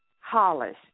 Hollis